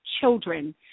children